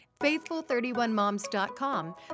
faithful31moms.com